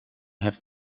have